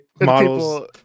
models